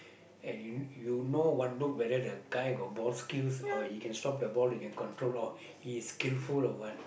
and you you know one look whether the guy got ball skills or he can stop the ball he can control or he is skillful or what